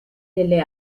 delle